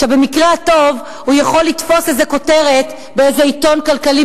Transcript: שבמקרה הטוב הן יכולות לתפוס איזו כותרת באיזה עיתון כלכלי,